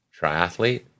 triathlete